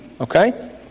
okay